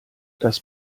das